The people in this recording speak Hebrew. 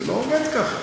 זה לא עובד ככה.